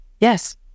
yes